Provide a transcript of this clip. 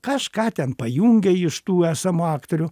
kažką ten pajungia iš tų esamų aktorių